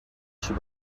she